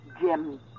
Jim